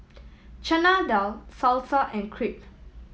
Chana Dal Salsa and Crepe